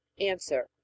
Answer